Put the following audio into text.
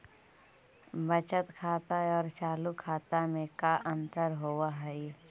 बचत खाता और चालु खाता में का अंतर होव हइ?